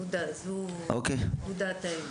זאת דעתנו.